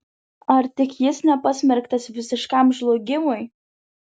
ar tik jis nepasmerktas visiškam žlugimui